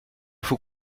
faut